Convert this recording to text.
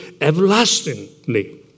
everlastingly